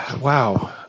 wow